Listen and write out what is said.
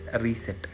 reset